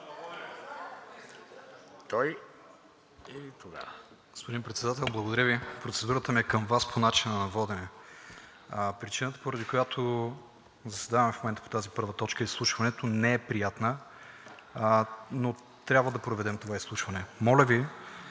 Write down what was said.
Той и тогава.